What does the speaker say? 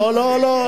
לא לא,